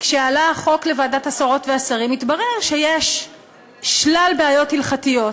כשעלה החוק לוועדת השרות והשרים התברר שיש שלל בעיות הלכתיות: